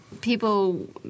people